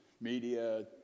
media